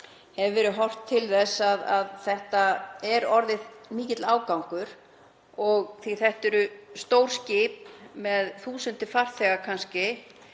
hefur verið horft til þess að þetta er orðið mikill ágangur því þetta eru stór skip með kannski þúsundir farþega.